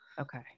Okay